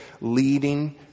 leading